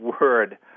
word